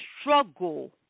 struggle